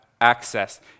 access